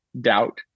doubt